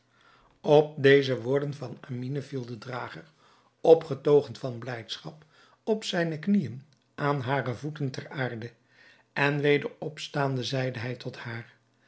op deze woorden van amine viel de drager opgetogen van blijdschap op zijne knieën aan hare voeten ter aarde en weder opstaande zeide hij tot haar